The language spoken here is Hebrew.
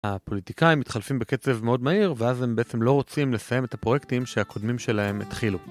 הפוליטיקאים מתחלפים בקצב מאוד מהיר ואז הם בעצם לא רוצים לסיים את הפרויקטים שהקודמים שלהם התחילו.